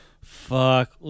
Fuck